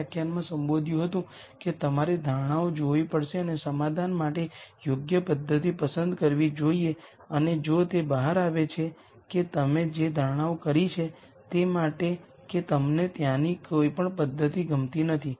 column 1 6 times ν ₂ column 2 8 times v₂અને column 3 2 times ν3 તેથી અમે કહી શકો છો કે A ₁ A ₁ A ₂ અને A₃ ν ₂ અને ν 3ના લિનયર કોમ્બિનેશન છે